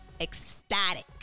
ecstatic